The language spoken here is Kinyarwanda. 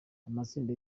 amatsinda